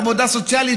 עבודה סוציאלית,